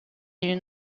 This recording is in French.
est